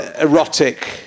erotic